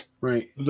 Right